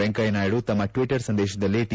ವೆಂಕಯ್ಯ ನಾಯ್ದು ತಮ್ಮ ಟ್ಟಟರ್ ಸಂದೇಶದಲ್ಲಿ ಟಿ